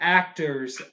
actors